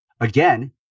again